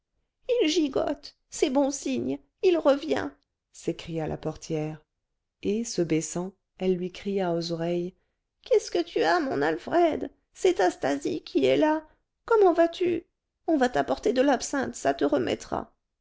il gigote c'est bon signe il revient s'écria la portière et se baissant elle lui cria aux oreilles qu'est-ce que tu as mon alfred c'est ta stasie qui est là comment vas-tu on va t'apporter de l'absinthe ça te remettra